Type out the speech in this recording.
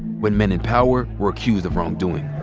when men in power were accused of wrongdoing.